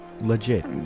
legit